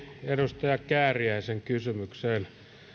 edustaja kääriäisen kysymykseen